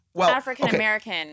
African-American